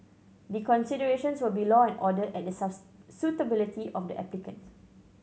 the considerations will be law and order and the suitability of the applicant